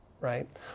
right